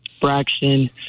Braxton